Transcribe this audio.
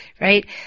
right